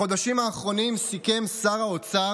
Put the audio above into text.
בחודשים האחרונים סיכם שר האוצר,